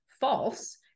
false